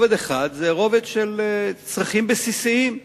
רובד אחד, הרובד של צרכים בסיסיים: